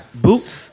boop